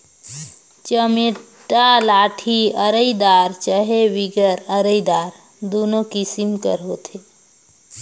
चमेटा लाठी अरईदार चहे बिगर अरईदार दुनो किसिम कर होथे